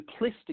simplistic